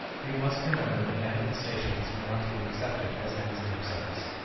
we must remember that manifestations are not to be accepted as ends in themselves.